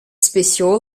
special